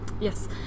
Yes